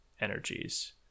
energies